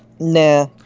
nah